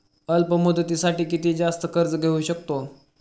अल्प मुदतीसाठी किती जास्त कर्ज घेऊ शकतो?